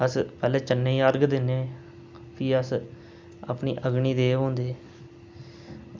अस पैह्लें चन्नै ई अर्घ दिन्ने भी अस अपने अग्नि देव हुंदे